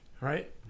right